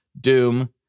Doom